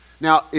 Now